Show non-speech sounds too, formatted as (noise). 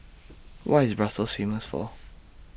What IS Brussels Famous For (noise)